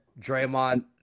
Draymond